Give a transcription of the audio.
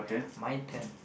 my turn